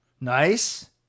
Nice